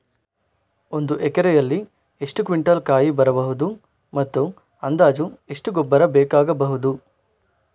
ಒಂದು ಎಕರೆಯಲ್ಲಿ ಎಷ್ಟು ಕ್ವಿಂಟಾಲ್ ಕಾಯಿ ಬರಬಹುದು ಮತ್ತು ಅಂದಾಜು ಎಷ್ಟು ಗೊಬ್ಬರ ಬೇಕಾಗಬಹುದು?